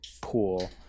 pool